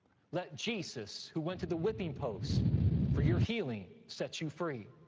let jesus, who went to the whipping post for your healing, set you free.